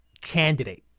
candidate